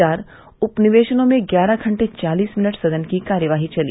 चार उपवेशनों में ग्यारह घंटे चालीस मिनट सदन की कार्यवाही चली